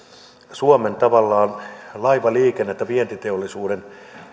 suomen tavallaan laivaliikennettä vientiteollisuuden